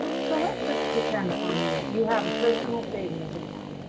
so let's just pretend for a minute you have a personal savings account.